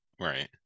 Right